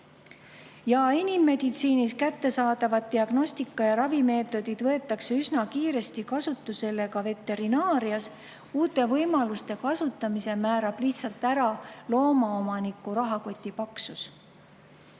Ja inimmeditsiinis kättesaadavad diagnostika‑ ja ravimeetodid võetakse üsna kiiresti kasutusele ka veterinaarias. Uute võimaluste kasutamise määrab lihtsalt ära loomaomaniku rahakoti paksus. EAEVE